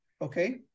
Okay